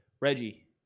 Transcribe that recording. Reggie